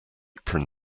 apron